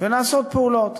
ונעשות פעולות,